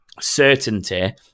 certainty